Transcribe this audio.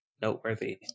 noteworthy